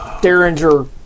Derringer